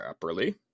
properly